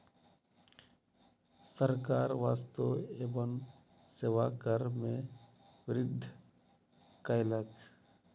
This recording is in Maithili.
सरकार वस्तु एवं सेवा कर में वृद्धि कयलक